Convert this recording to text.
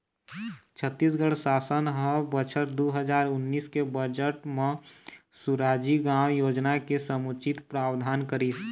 छत्तीसगढ़ सासन ह बछर दू हजार उन्नीस के बजट म सुराजी गाँव योजना के समुचित प्रावधान करिस